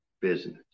business